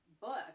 book